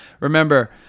remember